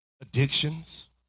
addictions